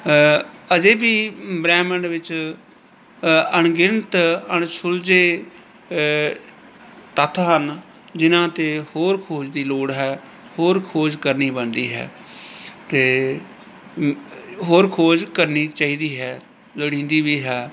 ਅਜੇ ਵੀ ਬ੍ਰਹਿਮੰਡ ਵਿੱਚ ਅਣ ਗਿਣਤ ਅਣ ਸੁਲਝੇ ਤੱਥ ਹਨ ਜਿਨ੍ਹਾਂ 'ਤੇ ਹੋਰ ਖੋਜ ਦੀ ਲੋੜ ਹੈ ਹੋਰ ਖੋਜ ਕਰਨੀ ਬਣਦੀ ਹੈ ਅਤੇ ਹੋਰ ਖੋਜ ਕਰਨੀ ਚਾਹੀਦੀ ਹੈ ਲੋੜੀਂਦੀ ਵੀ ਹੈ